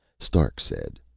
stark said,